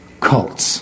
cults